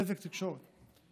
בזק, תקשורת.